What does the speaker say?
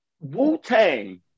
Wu-Tang